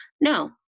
No